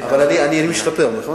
אבל אני משתפר, נכון?